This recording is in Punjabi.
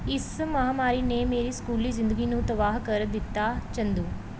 ਇਸ ਮਹਾਂਮਾਰੀ ਨੇ ਮੇਰੀ ਸਕੂਲੀ ਜ਼ਿੰਦਗੀ ਨੂੰ ਤਬਾਹ ਕਰ ਦਿੱਤਾ ਚੰਦੂ